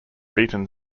beaten